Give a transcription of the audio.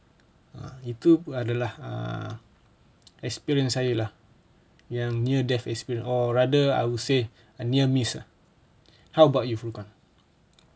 ah itu adalah uh experience saya lah yang near death experience or rather I would say a near miss ah how about you furqan